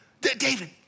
David